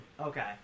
Okay